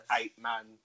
eight-man